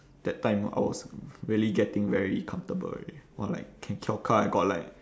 that time I was really getting very comfortable already !wah! like can kiao kar I got like